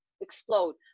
explode